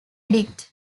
edict